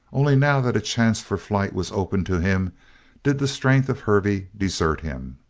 only now that a chance for flight was open to him did the strength of hervey desert him.